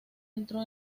entró